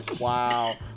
Wow